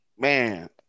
Man